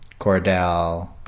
cordell